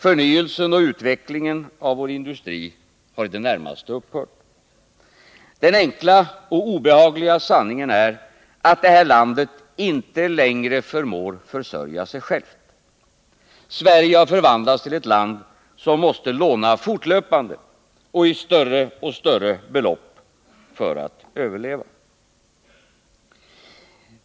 Förnyelsen och utvecklingen av vår industri har i det närmaste upphört. Den enkla och obehagliga sanningen är att det här landet inte längre förmår försörja sig självt. Sverige har förvandlats till ett land som måste låna fortlöpande, och större och större belopp, för att överleva.